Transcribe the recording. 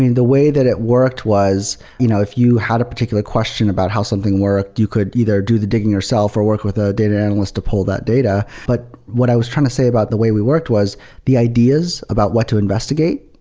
the way that it worked was you know if you had a particular question about how something worked, you could either do the digging yourself, or work with a data analyst to pull that data. but what i was trying to say about the way we worked was the ideas about what to investigate,